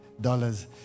dollars